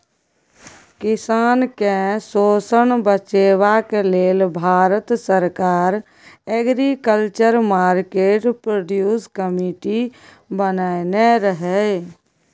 किसान केँ शोषणसँ बचेबा लेल भारत सरकार एग्रीकल्चर मार्केट प्रोड्यूस कमिटी बनेने रहय